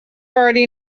already